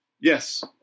Yes